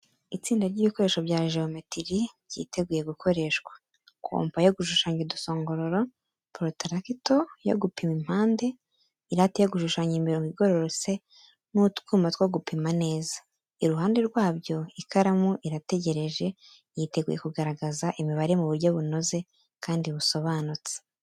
Itsinda ry’ibikoresho bya jewometiri byiteguye gukoreshwa: kompa yo gushushanya udusongororo, porotarakito yo gupima impande, irate yo gushushanya imirongo igororotse, n’utwuma two gupima neza. Iruhande rwabyo, ikaramu irategereje, yiteguye kugaragaza imibare mu buryo bunoze kandi busobanutse.